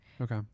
Okay